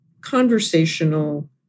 conversational